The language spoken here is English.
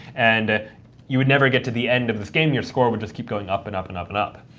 and you would never get to the end of this game. your score would just keep going up and up and up and up.